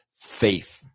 faith